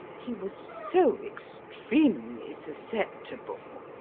he was so extremely susceptible.